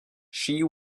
she